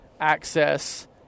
access